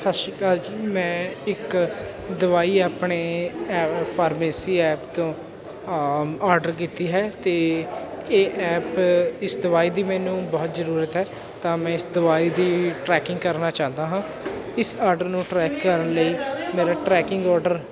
ਸਤਿ ਸ਼੍ਰੀ ਅਕਾਲ ਜੀ ਮੈਂ ਇੱਕ ਦਵਾਈ ਆਪਣੇ ਫਾਰਮੇਸੀ ਐਪ ਤੋਂ ਆਰਡਰ ਕੀਤਾ ਹੈ ਅਤੇ ਇਹ ਐਪ ਇਸ ਦਵਾਈ ਦੀ ਮੈਨੂੰ ਬਹੁਤ ਜ਼ਰੂਰਤ ਹੈ ਤਾਂ ਮੈਂ ਇਸ ਦਵਾਈ ਦੀ ਟਰੈਕਿੰਗ ਕਰਨਾ ਚਾਹੁੰਦਾ ਹਾਂ ਇਸ ਆਰਡਰ ਨੂੰ ਟ੍ਰੈਕ ਕਰਨ ਲਈ ਮੇਰਾ ਟਰੈਕਿੰਗ ਆਰਡਰ